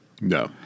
no